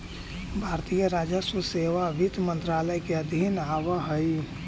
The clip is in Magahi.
भारतीय राजस्व सेवा वित्त मंत्रालय के अधीन आवऽ हइ